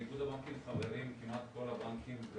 באיגוד הבנקים חברים כמעט כל הבנקים,